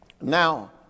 now